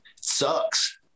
Sucks